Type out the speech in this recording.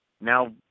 now